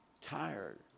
tired